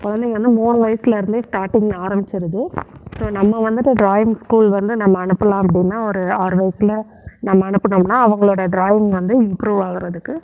குழந்தைங்க வந்து மூணு வயசுலேருந்தே ஸ்டார்டிங் ஆரம்பிச்சிடுது ஸோ நம்ம வந்துட்டு டிராயிங் ஸ்கூல் வந்து நம்ம அனுப்பலாம் அப்படின்னா ஒரு ஆறு வயசில் நம்ம அனுப்பினோம்னா அவங்களோட டிராயிங் வந்து இம்ப்ரூவ் ஆகுறதுக்கு